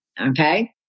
okay